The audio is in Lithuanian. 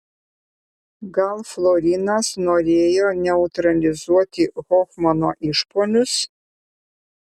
gal florinas norėjo neutralizuoti hofmano išpuolius